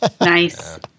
nice